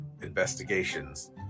investigations